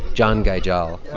john guy jel. and